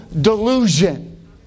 delusion